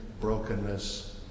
brokenness